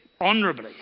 honorably